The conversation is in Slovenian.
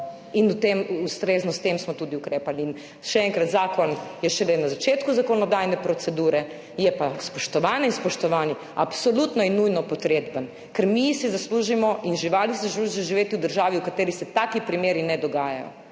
ustrezno s tem smo tudi ukrepali in še enkrat, zakon je šele na začetku zakonodajne procedure, je pa, spoštovane in spoštovani, absolutno je nujno potreben, ker mi si zaslužimo in živali si zaslužijo živeti v državi, v kateri se taki primeri ne dogajajo,